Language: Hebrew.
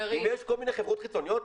אם יש כל מיני חברות חיצוניות,